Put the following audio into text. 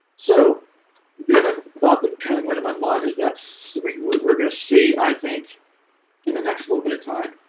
so the other thought that kind of went in my mind is that so we're we're gonna see i think in the next a little bit of time